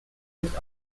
nicht